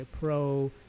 Pro